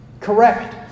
Correct